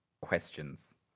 questions